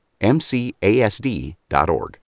MCASD.org